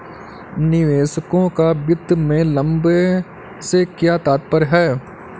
निवेशकों का वित्त में लंबे से क्या तात्पर्य है?